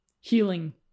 healing